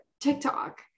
TikTok